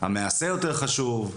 המעסה יותר חשוב.